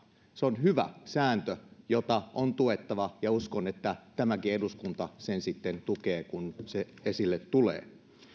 se on hyvä sääntö jota on tuettava ja uskon että tämäkin eduskunta sitä sitten tukee kun se esille tulee